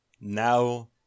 now